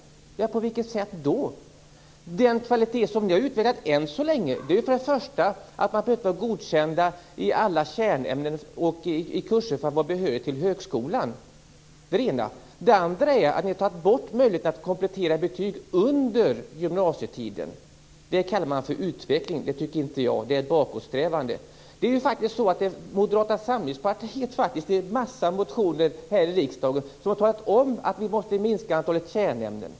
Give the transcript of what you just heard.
På vilket sätt då? Den kvalitet som ni har utvecklat än så länge är ju för det första att man inte behöver vara godkänd i alla kärnämnen och i kurserna för att vara behörig till högskolan. För det andra har ni tagit bort möjligheten att komplettera betyg under gymnasietiden. Det kallar ni för utveckling. Det tycker inte jag. Det är ett bakåtsträvande. Det är faktiskt Moderata samlingspartiet som i en massa motioner här i riksdagen har talat om att vi måste minska antalet kärnämnen.